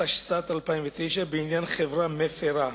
התשס"ט 2009, בעניין חברה מפירה.